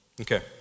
Okay